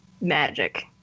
Magic